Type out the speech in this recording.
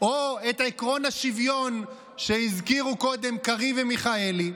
או את עקרון השוויון שהזכירו קודם קארין ומיכאלי,